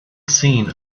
seen